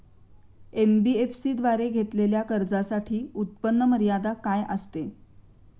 NBFC द्वारे घेतलेल्या कर्जासाठी उत्पन्न मर्यादा काय असते?